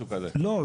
לא,